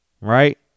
right